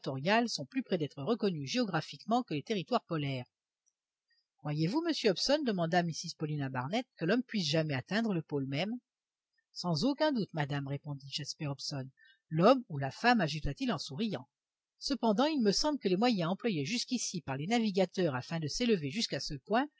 sont plus près d'être reconnues géographiquement que les territoires polaires croyez-vous monsieur hobson demanda mrs paulina barnett que l'homme puisse jamais atteindre le pôle même sans aucun doute madame répondit jasper hobson l'homme ou la femme ajouta-t-il en souriant cependant il me semble que les moyens employés jusqu'ici par les navigateurs afin de s'élever jusqu'à ce point